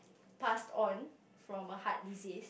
pass on from a heart disease